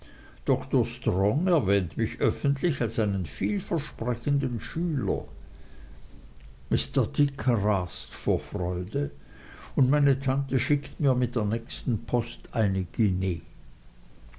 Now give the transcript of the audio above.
dr strong erwähnt mich öffentlich als einen vielversprechenden schüler mr dick rast vor freude und meine tante schickt mir mit der nächsten post eine guinee